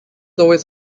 always